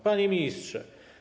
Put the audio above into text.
Panie Ministrze!